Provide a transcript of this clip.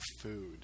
food